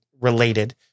related